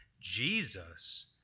Jesus